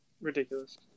Ridiculous